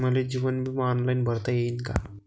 मले जीवन बिमा ऑनलाईन भरता येईन का?